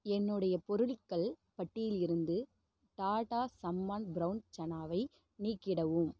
என்னுடைய பொருள்கள் பட்டியிலில் இருந்து டாட்டா சம்மன் ப்ரவுன் சன்னாவை நீக்கிடவும்